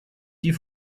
die